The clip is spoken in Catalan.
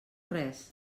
res